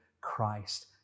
Christ